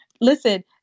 listen